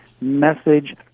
message